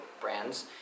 brands